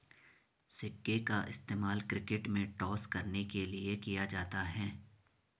सिक्के का इस्तेमाल क्रिकेट में टॉस करने के लिए किया जाता हैं